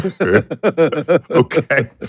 Okay